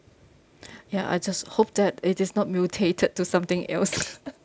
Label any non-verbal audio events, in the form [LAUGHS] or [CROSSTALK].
ya I just hope that it is not mutated to something else [LAUGHS]